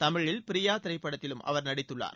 தமிழில் ப்ரியா திரைப்படத்திலும் அவர் நடித்துள்ளார்